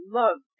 love